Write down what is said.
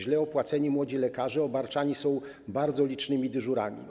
Źle opłacani młodzi lekarze są obarczani bardzo licznymi dyżurami.